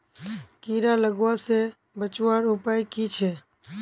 कीड़ा लगवा से बचवार उपाय की छे?